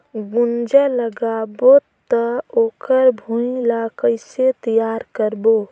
गुनजा लगाबो ता ओकर भुईं ला कइसे तियार करबो?